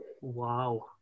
Wow